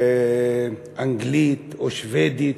אנגלית, או שבדית,